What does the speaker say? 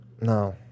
No